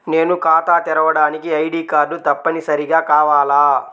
నేను ఖాతా తెరవడానికి ఐ.డీ కార్డు తప్పనిసారిగా కావాలా?